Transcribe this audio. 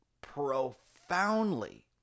profoundly